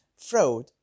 fraud